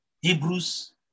Hebrews